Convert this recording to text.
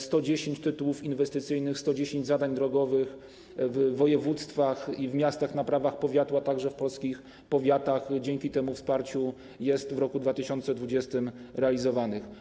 110 tytułów inwestycyjnych, 110 zadań drogowych w województwach i w miastach na prawach powiatu, a także w polskich powiatach dzięki temu wsparciu jest w roku 2020 realizowanych.